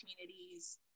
communities